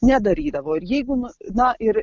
nedarydavo ir jeigu nu na ir